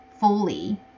fully